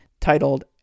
titled